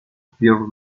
pierre